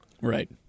Right